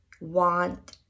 want